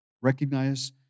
Recognize